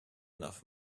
enough